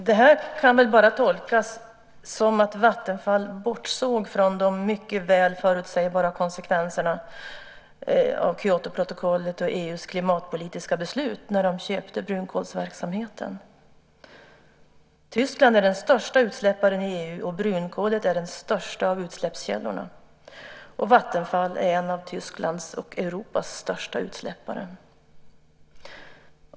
Det här kan väl bara tolkas som att Vattenfall bortsåg från de mycket väl förutsägbara konsekvenserna av Kyotoprotokollet och EU:s klimatpolitiska beslut när de köpte brunkolsverksamheten. Tyskland är den största utsläpparen i EU, och brunkolet är den största av utsläppskällorna. Vattenfall är en av Tysklands och Europas största utsläppare.